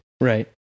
Right